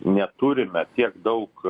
neturime tiek daug